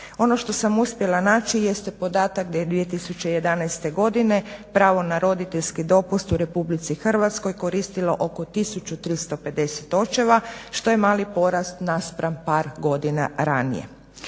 Ono što sam uspjela naći jeste podatak da je 2011.godine pravo na roditeljski dopust u RH koristilo oko 1350 očeva što je mali porast naspram par godina ranije.